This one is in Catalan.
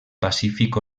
pacífic